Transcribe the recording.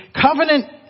covenant